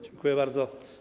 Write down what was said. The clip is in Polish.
Dziękuję bardzo.